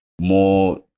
more